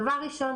דבר ראשון,